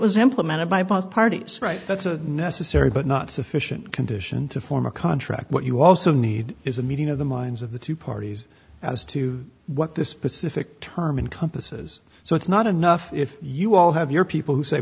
was implemented by both parties right that's a necessary but not sufficient condition to form a contract what you also need is a meeting of the minds of the two parties as to what this specific term in compass is so it's not enough if you all have your people who say